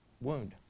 wound